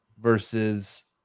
versus